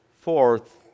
Fourth